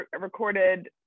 recorded